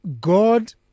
God